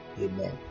Amen